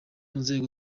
nzego